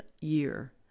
year